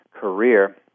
career